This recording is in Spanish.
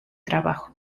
trabajo